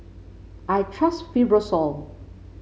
I trust Fibrosol